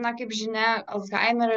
na kaip žinia alzheimerio